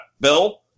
Bill